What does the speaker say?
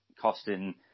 costing